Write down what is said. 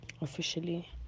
officially